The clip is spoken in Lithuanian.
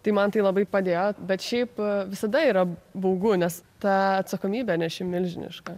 tai man tai labai padėjo bet šiaip visada yra baugu nes tą atsakomybę neši milžiniška